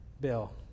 Bill